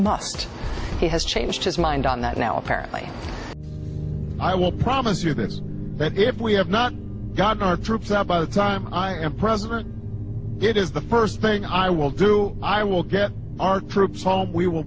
he has changed his mind on that now apparently i will promise you this but if we have not gotten our troops out by the time i am president it is the first thing i will do i will get our troops home we will